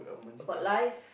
about life